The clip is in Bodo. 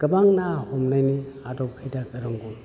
गोबां ना हमनायनि आदब खायदा रोंगौ